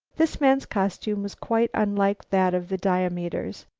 this man's costume was quite unlike that of the diomeders.